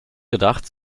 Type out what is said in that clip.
gedacht